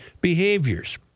behaviors